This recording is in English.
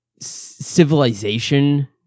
civilization